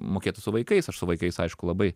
mokėtų su vaikais aš su vaikais aišku labai